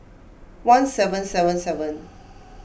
one seven seven seven